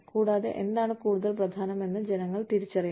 കൂടാതെ എന്താണ് കൂടുതൽ പ്രധാനമെന്ന് ജനങ്ങൾ തിരിച്ചറിയണം